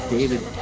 David